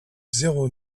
zéro